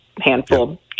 handful